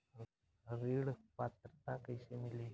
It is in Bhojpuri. ऋण पात्रता कइसे मिली?